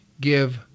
give